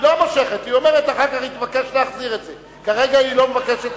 תודה רבה.